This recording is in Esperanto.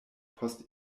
post